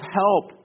help